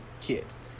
kids